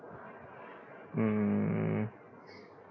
mm